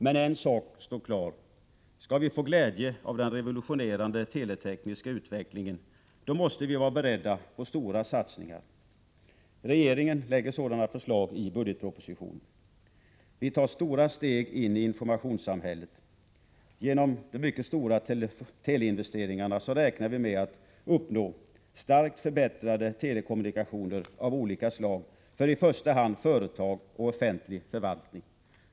Men en sak står klar: Skall vi få glädje av den revolutionerande teletekniska utvecklingen, måste vi vara beredda på stora satsningar. Regeringen lägger sådana förslag i budgetpropositionen. Vi tar stora steg in i informationssamhället. Genom de mycket stora teleinvesteringarna räknar vi med att uppnå starkt förbättrade telekommunikationer av olika slag för i första hand företag och offentlig förvaltning.